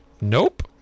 Nope